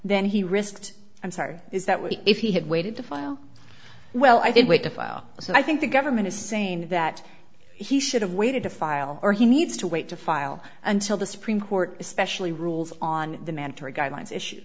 then he risked i'm sorry is that what if he had waited to file well i did wait to file so i think the government is saying that he should have waited to file or he needs to wait to file until the supreme court especially rules on the mandatory guidelines issue